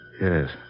Yes